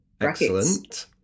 Excellent